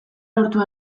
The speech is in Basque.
lortu